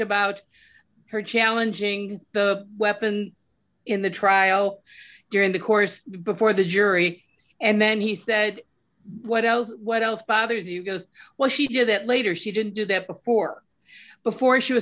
about her challenging the weapon in the trial during the course before the jury and then he said what else what else bothers you goes well she did that later she didn't do that before before she was